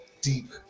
deep